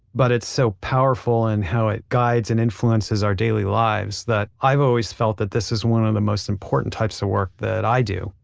but it's so powerful in how it guides and influences our daily lives, that i've always felt that this was one of and most important types of work that i do,